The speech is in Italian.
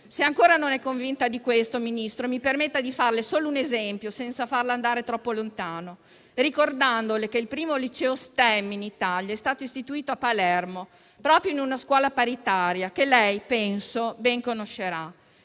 Se ancora non è convinta di questo, Ministro, mi permetta di farle solo un esempio, senza farla andare troppo lontano, ricordandole che il primo liceo STEM in Italia è stato istituito a Palermo, proprio in una scuola paritaria, che lei penso ben conoscerà.